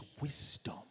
wisdom